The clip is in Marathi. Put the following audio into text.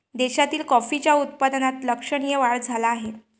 देशातील कॉफीच्या उत्पादनात लक्षणीय वाढ झाला आहे